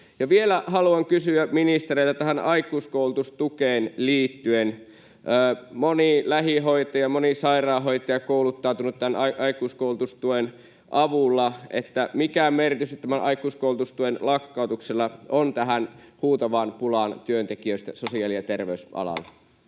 vielä haluan kysyä ministereiltä tähän aikuiskoulutustukeen liittyen. Moni lähihoitaja ja moni sairaanhoitaja on kouluttautunut tämän aikuiskoulutustuen avulla. Mikä merkitys tämän aikuiskoulutustuen lakkautuksella on tähän huutavaan pulaan työntekijöistä sosiaali- ja terveysalalla?